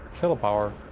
kilopower,